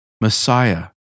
Messiah